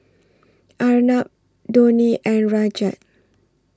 Arnab Dhoni and Rajat